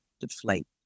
deflate